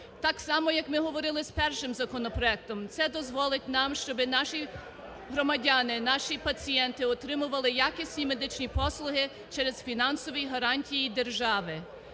Так само, як ми говорили з першим законопроектом, це дозволить нам, щоб наші громадяни, наші пацієнти отримували якісні медичні послуги через фінансові гарантії держави.